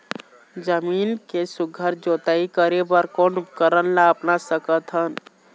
जमीन के सुघ्घर जोताई करे बर कोन उपकरण ला अपना सकथन?